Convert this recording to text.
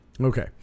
Okay